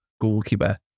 goalkeeper